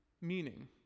meaning